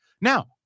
now